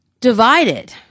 divided